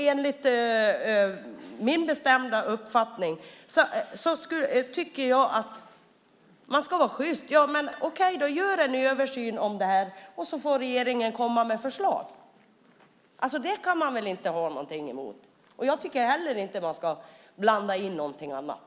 Enligt min bestämda uppfattning ska man vara sjyst. Men okej då! Gör en översyn av det här och så får regeringen komma med förslag! Det kan man väl inte ha någonting emot? Jag tycker inte heller att man ska blanda in någonting annat.